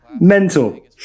mental